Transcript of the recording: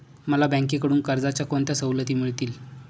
मला बँकेकडून कर्जाच्या कोणत्या सवलती मिळतील?